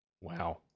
Wow